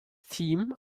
team